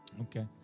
Okay